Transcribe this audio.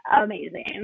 amazing